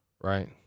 right